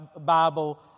Bible